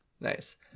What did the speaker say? nice